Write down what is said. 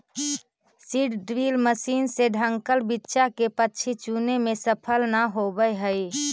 seed drill machine से ढँकल बीचा के पक्षी चुगे में सफल न होवऽ हई